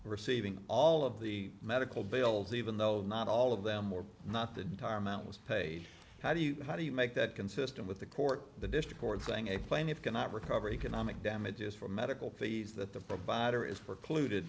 receiving all of the medical bills even though not all of them or not the entire amount was paid how do you how do you make that consistent with the court the district court thing a plaintiff cannot recover economic damages from medical fees that the provider is for polluted